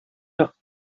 doch